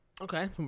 Okay